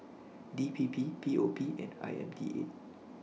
DPP POP and IMDA